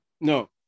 No